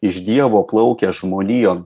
iš dievo plaukia žmonijon